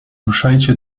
ruszajcie